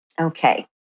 Okay